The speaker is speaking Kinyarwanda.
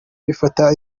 bifata